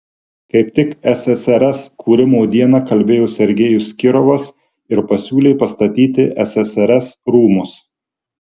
kaip tik ssrs kūrimo dieną kalbėjo sergejus kirovas ir pasiūlė pastatyti ssrs rūmus